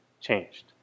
changed